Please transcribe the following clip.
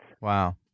Wow